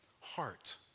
heart